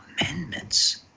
amendments